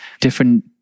different